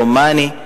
רומאנה,